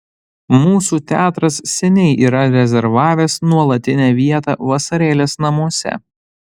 mūsų teatras seniai yra rezervavęs nuolatinę vietą vasarėlės namuose